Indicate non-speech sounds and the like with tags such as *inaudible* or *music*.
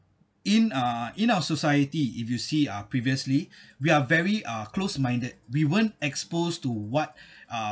in uh in our society if you see uh previously *breath* we are very uh close minded we weren't exposed to what ah